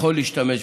יכול להשתמש בו.